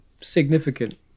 significant